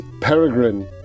Peregrine